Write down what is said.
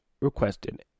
requested